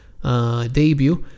Debut